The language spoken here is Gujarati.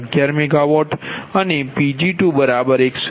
11 MWઅનેPg2 108